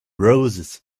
roses